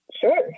Sure